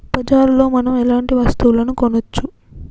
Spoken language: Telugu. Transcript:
బజార్ లో మనం ఎలాంటి వస్తువులు కొనచ్చు?